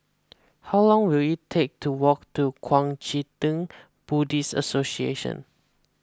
how long will it take to walk to Kuang Chee Tng Buddhist Association